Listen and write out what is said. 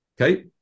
Okay